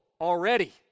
already